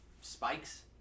spikes